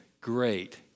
great